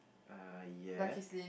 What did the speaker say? uh yeah